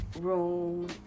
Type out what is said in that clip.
room